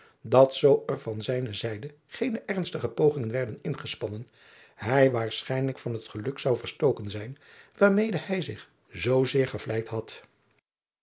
dat zoo er van zijne zijde geene ernstige pogingen werden ingespannen hij waarschijnlijk van het geluk zou versto driaan oosjes zn et leven van aurits ijnslager ken zijn waarmede hij zich zoo zeer gevleid had